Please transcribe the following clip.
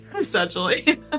essentially